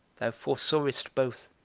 thou foresawest both,